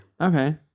Okay